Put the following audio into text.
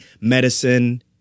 medicine